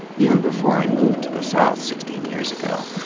even before i moved to the south sixteen years ago.